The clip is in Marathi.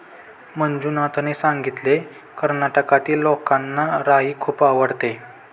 मंजुनाथने सांगितले, कर्नाटकातील लोकांना राई खूप आवडते